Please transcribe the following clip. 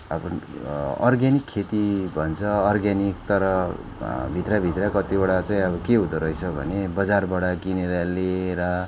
अब अर्ग्यानिक खेती भन्छ अर्ग्यानिक तर भित्र भित्र कतिवटा चाहिँ अब के हुँदा रहेछ भने बजारबाट किनेर ल्याएर